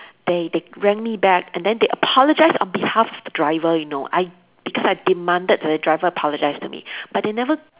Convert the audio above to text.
they they rang me back and then they apologised on the behalf of the driver you know I because I demanded the driver apologise to me but they never